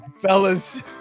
fellas